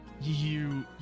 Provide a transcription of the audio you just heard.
You-